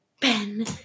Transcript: Ben